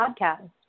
podcast